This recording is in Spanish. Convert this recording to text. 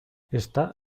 está